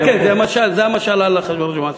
כן, כן, זה המשל על אחשוורוש והמן.